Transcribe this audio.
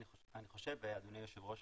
אני חושב, אדוני היושב ראש,